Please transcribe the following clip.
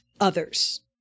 others